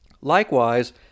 Likewise